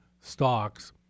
stocks